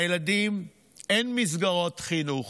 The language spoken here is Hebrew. לילדים אין מסגרות חינוך,